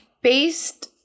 based